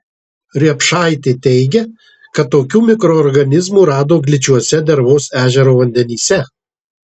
riepšaitė teigia kad tokių mikroorganizmų rado gličiuose dervos ežero vandenyse